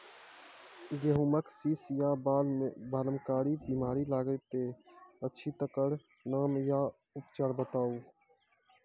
गेहूँमक शीश या बाल म कारी बीमारी लागतै अछि तकर नाम आ उपचार बताउ?